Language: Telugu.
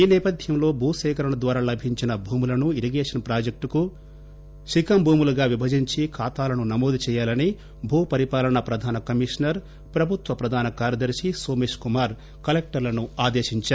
ఈ నేపథ్యం లో భూసేకరణ ద్వారా లభించిన భూములను ఇరిగేషన్ ప్రాజెక్టు శిఖం భూములుగా విభజించి ఖాతాలను నమోదు చేయాలని భూపరిపాలన ప్రధాన కమిషనర్ ప్రభుత్వ ప్రధాన కార్యదర్ని సోమేశ్కుమార్ కలెక్టర్లను ఆదేశించారు